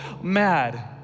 mad